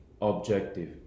objective